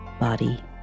body